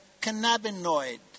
cannabinoid